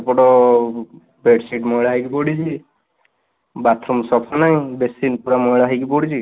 ଏପଟ ବେଡସିଟ୍ ମଇଳା ହେଇକି ପଡ଼ିଛି ବାଥରୁମ୍ ସଫା ହେଇନି ବେଶିନ ପୁରା ମଇଳା ହେଇକି ପଡ଼ିଛି